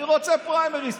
אני רוצה פריימריז.